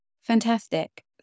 Fantastic